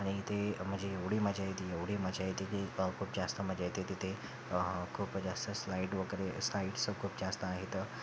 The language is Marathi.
आणि इथे म्हणजे एवढी मजा येते एवढी मजा येते की खूप जास्त मजा येते तिथे खूप जास्त स्लाईड वगैरे साईट्स खूप जास्त आहेत